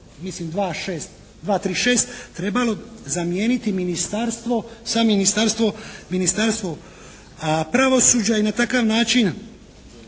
mislim 2., 3., 6., trebalo zamijeniti "ministarstvo" sa "Ministarstvo pravosuđa" i na takav način